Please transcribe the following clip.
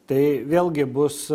tai vėlgi bus